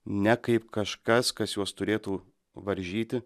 ne kaip kažkas kas juos turėtų varžyti